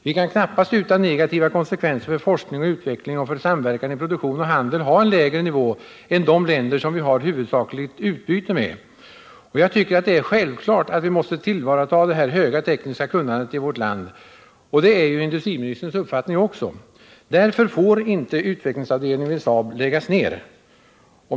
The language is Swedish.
Vi kan knappast utan negativa konsekvenser för forskning och utveckling och för samverkan i produktion och handel ha en lägre nivå än de länder som vi har vårt huvudsakliga utbyte med.” Jag tycker det är självklart att vi måste tillvarata det höga tekniska kunnandet i vårt land. Detta är också industriministerns uppfattning. Därför får inte utvecklingsavdelningen vid Saab läggas ner.